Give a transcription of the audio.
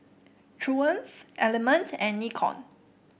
Triumph Element and Nikon